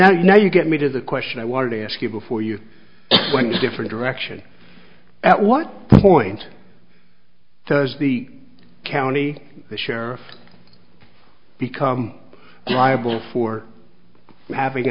now you get me to the question i wanted to ask you before you went to different direction at what point does the county sheriff become liable for having